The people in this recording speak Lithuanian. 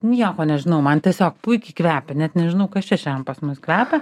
nieko nežinau man tiesiog puikiai kvepia net nežinau kas čia šiandien pas mus kvepia